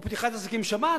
או פתיחת עסקים בשבת?